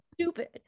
Stupid